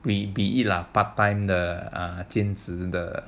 be it lah part time 的兼职的